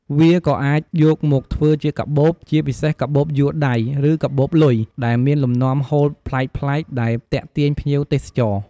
វាក៏អាចយកមកធ្វើជាកាបូប ជាពិសេសកាបូបយួរដៃ ឬកាបូបលុយ ដែលមានលំនាំហូលប្លែកៗ ដែលទាក់ទាញភ្ញៀវទេសចរ។